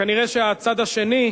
כנראה הצד השני,